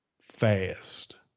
fast